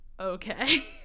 okay